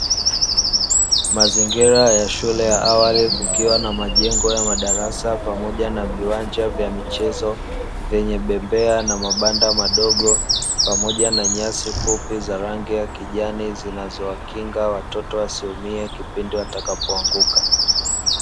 Mazingira ya shule ya awali kukiwa na majengo ya madarasa pamoja na viwanja vya michezo vyenye bebeya na mabanda madogo pamoja na nyasi fupi za rangi ya kijani zinazowakinga watoto wasiumie kipindi watakapoanguka.